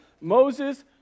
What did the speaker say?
Moses